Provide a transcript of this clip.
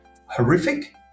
horrific